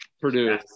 Purdue